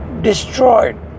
destroyed